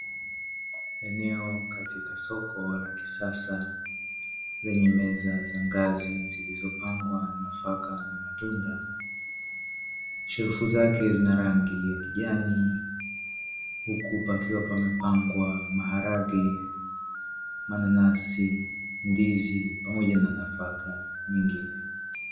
Eneo katika soko la kisasa lenye meza za ngazi zilizopangwa nafaka na matunda; shelfu zake zina rangi ya kijani huku pakiwa pamepangwa maharage, mananasi, ndizi pamoja na nafaka nyingine.